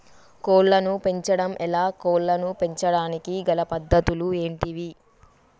కోళ్లను పెంచడం ఎలా, కోళ్లను పెంచడానికి గల పద్ధతులు ఏంటివి?